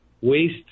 waste